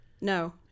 No